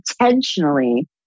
intentionally